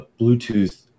Bluetooth